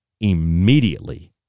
immediately